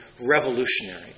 revolutionary